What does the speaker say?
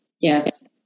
Yes